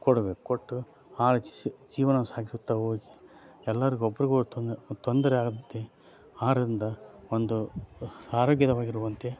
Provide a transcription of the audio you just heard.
ಕೊಡಬೇಕು ಕೊಟ್ಟು ಆ ಜೀವನ ಸಾಗಿಸುತ್ತಾ ಹೋಗಿ ಎಲ್ಲರಿಗೂ ಒಬ್ಬರಿಗೂ ತೊಂದ್ರೆ ತೊಂದರೆ ಆಗದಂತೆ ಆಹಾರದಿಂದ ಒಂದು ಆರೋಗ್ಯವಾಗಿರುವಂತೆ